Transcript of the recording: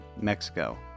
Mexico